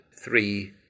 three